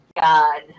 god